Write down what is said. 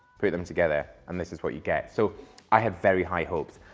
put them together and this is what you get. so i have very high hopes.